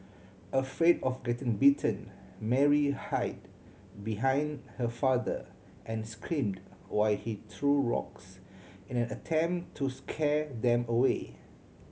afraid of getting bitten Mary hid behind her father and screamed while he threw rocks in an attempt to scare them away